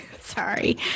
Sorry